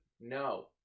no